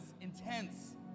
intense